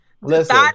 Listen